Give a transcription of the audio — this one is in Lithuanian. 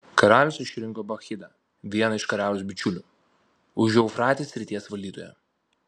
karalius išrinko bakchidą vieną iš karaliaus bičiulių užeufratės srities valdytoją